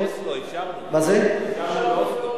אפשרנו באוסלו.